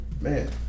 Man